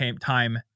time